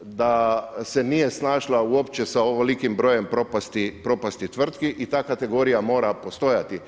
da se nije snašla uopće sa ovolikim brojem propasti tvrtki i ta kategorija mora postojati.